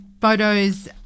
photos